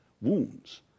wounds